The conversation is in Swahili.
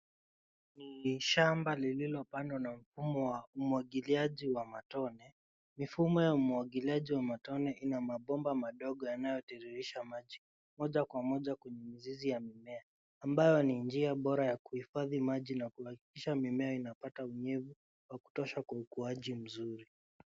Ni shamba lililopandwa na mfumo wa umwagiliaji wa matone. Mifumo ya umwagiliaji wa matone ina mabomba madogo yanayotiririsha maji moja kwa moja kwenye mizizi ya mimea, ambayo ni njia bora ya kuhifadhi maji na kuhakikisha mimea inapata unyevu wa kutosha kwa ukuaji mzuri.